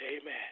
amen